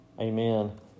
Amen